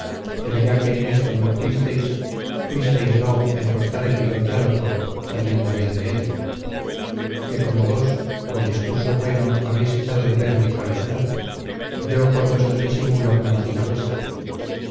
pero ya que en esto no lo fuisteis fuisteislo en cortar el bigote al otro saliendo bien de ello que como vos por discurso bueno habéis echado de ver mi travesura yo por vuestro disimulo conocí la vuestra